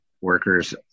workers